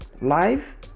live